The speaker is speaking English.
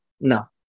No